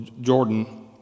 Jordan